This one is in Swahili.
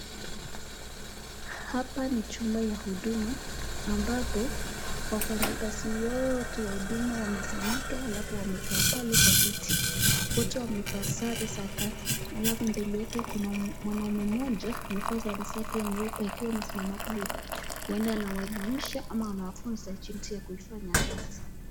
Hapa ni jumba ya huduma, ambapo wafanyikazi wote wa huduma wamesanyika alafu wamekaa pale kwa viti. Wote wamevaa sare za kazi alafu mbele yake kuna mwanaume mmoja amevaa sare zake nyeupe akiwa amesimama pale. Huenda anawaelimisha ama anawafunza jinsi ya kuifanya kazi.